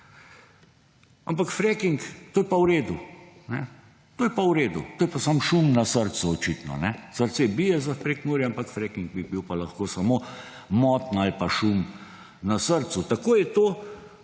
ampak fracking to je pa v redu. To je pa samo šum na srcu očitno. Srce bije za Prekmurje, ampak fracking bi bil pa lahko samo motnja ali pa šum na srcu. Tako je to